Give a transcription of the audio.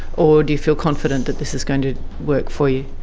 or do you feel confident that this is going to work for you?